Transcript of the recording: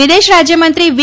વિદેશ રાજ્યમંત્રી વી